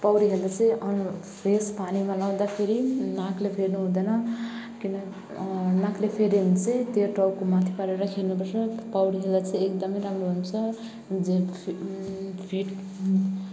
पौडी खेल्नु चाहिँ अनु फेस पानीमा लगाउँदाखेरि नाकले फेर्नुहुँदैन किन नाकले फेर्यो भने चाहिँ त्यो टाउको माथि पारेर खेल्नुपर्छ पौडी खेल्दा चाहिँ एकदमै राम्रो हुन्छ ज्यान फिट् फिट् हुन्